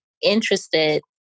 interested